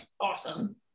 awesome